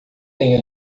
tenho